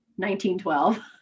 1912